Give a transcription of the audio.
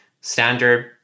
standard